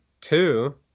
two